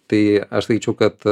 tai aš sakyčiau kad